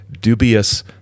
dubious